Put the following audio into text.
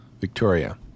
Victoria